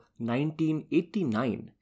1989